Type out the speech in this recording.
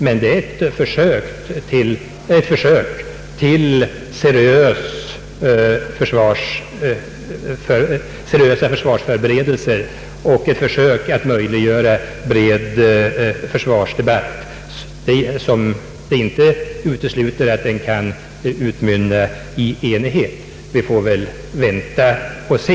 Men det är ett försök till seriösa försvarsförberedelser och ett försök att möjliggöra en bred försvarsdebatt, vilket inte uteslu ter att den kan utmynna i enighet. Vi får väl vänta och se.